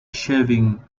shaving